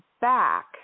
back